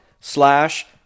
slash